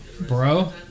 Bro